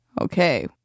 okay